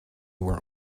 were